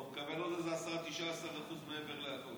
הרי הוא מקבל עוד איזה 10%, 19%, מעבר לכול.